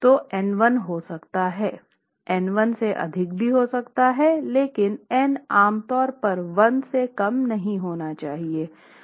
तो n 1 हो सकता है n 1 से अधिक भी हो सकता है लेकिन n आमतौर पर 1 से कम नहीं होना चाहिए